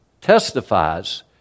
testifies